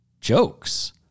jokes